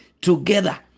together